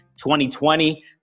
2020